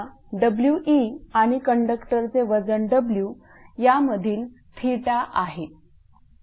हा We आणि कंडक्टरचे वजन W यामधील आहे